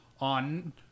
on